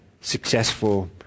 successful